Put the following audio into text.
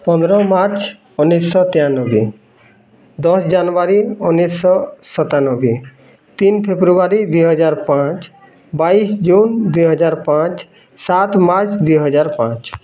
ପନ୍ଦର ମାର୍ଚ୍ଚ ଉଣେଇଶିଶହ ତେୟାନବେ ଦଶ୍ ଜାନୁଆରୀ ଉଣେଇଶିଶହ ଶତାନବେ ତିନି ଫେବୃୟାରୀ ଦୁଇ ହଜାର ପାଞ୍ଚ୍ ବାଇଶି ଜୁନ୍ ଦୁଇ ହଜାର ପାଞ୍ଚ ସାତ୍ ମାର୍ଚ୍ଚ ଦୁଇ ହଜାର ପାଞ୍ଚ୍